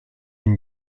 une